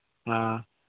ꯑꯥ